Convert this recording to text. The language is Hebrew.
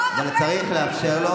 מבקש לאפשר לו